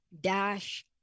dash